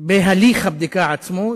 בהליך הבדיקה עצמו,